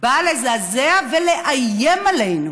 בא לזעזע ולאיים עלינו